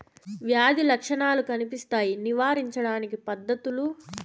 వ్యాధి లక్షణాలు కనిపిస్తాయి నివారించడానికి పద్ధతులు?